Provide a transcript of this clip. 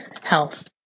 health